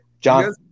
John